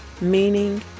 meaning